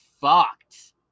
fucked